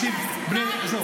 אבל גם